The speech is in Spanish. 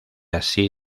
así